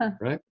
Right